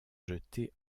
jeté